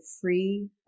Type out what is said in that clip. free